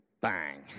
bang